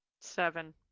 Seven